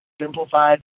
simplified